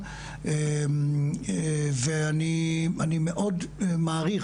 ואני מאוד מעריך,